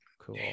cool